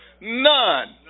None